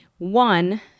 One